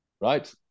right